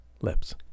lips